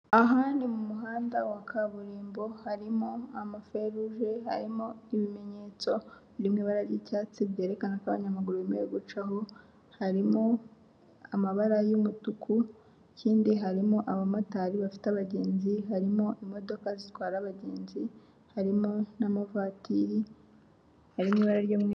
Ahandi mu muhanda wa kaburimbo harimo amaferuje, harimo ibimenyetso biririmo ibara ry'icyatsi byerekana ko abanyamaguru bemerewe gucaho, harimo amabara y'umutuku kindi harimo abamotari bafite abagenzi, harimo imodoka zitwara abagenzi, harimo n'amavatiri ari mu ibara ry'umweru.